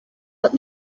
but